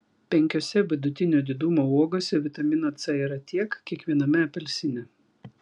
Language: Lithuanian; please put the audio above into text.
penkiose vidutinio didumo uogose vitamino c yra tiek kiek viename apelsine